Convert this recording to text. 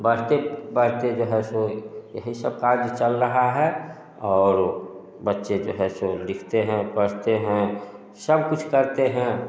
बढ़ते बढ़ते जो है सो यही सबका जो चल रहा है और बच्चे जो हैं सो लिखते हैं पढ़ते हैं सब कुछ करते हैं